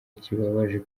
kibabaje